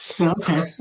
okay